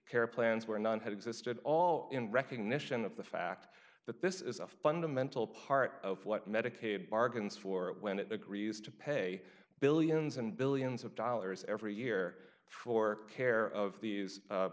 care plans where none had existed all in recognition of the fact that this is a fundamental part of what medicaid bargains for when it agrees to pay billions and billions of dollars every year for care of these